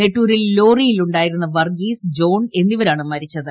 നെട്ടൂരിൽ ലോറിയിലുണ്ടായിരുന്ന വർഗീസ് ജോൺ എന്നിവരാണ് മരിച്ചത്